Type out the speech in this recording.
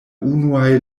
unuaj